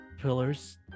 pillars